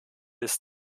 ist